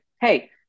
hey